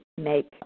make